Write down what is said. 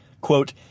Quote